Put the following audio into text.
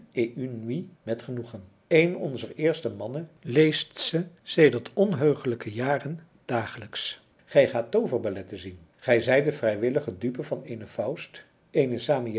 nuits met genoegen een onzer eerste mannen leest ze sedert onheugelijke jaren dagelijks gij gaat tooverballetten zien gij zijt de vrijwillige dupe van eenen